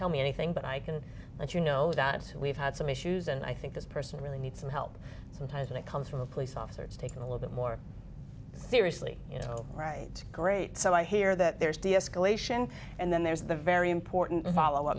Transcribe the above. tell me anything but i can let you know that we've had some issues and i think this person really needs some help sometimes and it comes from a police officer it's taken a little bit more seriously you know right great so i hear that there's deescalation and then there's the very important follow up